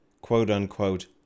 quote-unquote